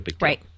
Right